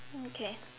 okay